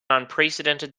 unprecedented